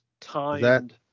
timed